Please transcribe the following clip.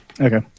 Okay